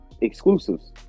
exclusives